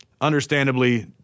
Understandably